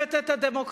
מזייפת את הדמוקרטיה.